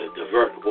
divert